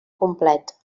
complet